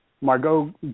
Margot